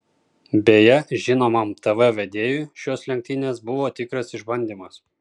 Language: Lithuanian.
beje žinomam tv vedėjui šios lenktynės buvo tikras išbandymas